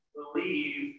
believe